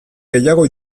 gehiago